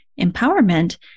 empowerment